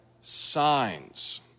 signs